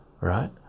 right